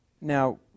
Now